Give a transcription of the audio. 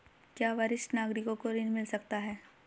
क्या वरिष्ठ नागरिकों को ऋण मिल सकता है?